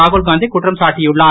ராகுல்காந்தி குற்றம் சாட்டியுள்ளார்